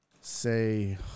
say